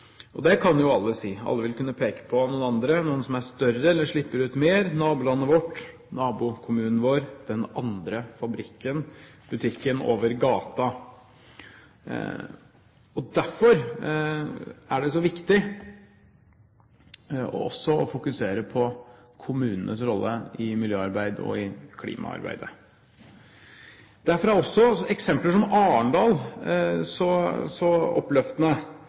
Det kan jo alle si. Alle vil kunne peke på noen andre, som er større eller slipper ut mer – nabolandet vårt, nabokommunen vår, den andre fabrikken, butikken over gata. Derfor er det så viktig også å fokusere på kommunenes rolle i miljøarbeidet og i klimaarbeidet. Derfor er også eksempler som Arendal så oppløftende